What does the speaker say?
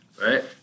right